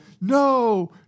no